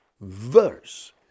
verse